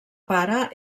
pare